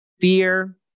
fear